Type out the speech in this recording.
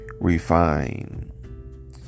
refine